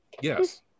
Yes